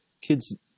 kids